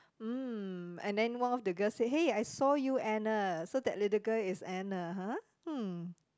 mm and then one of the girl say hey I saw you Anna so that little girl is Anna ha hmm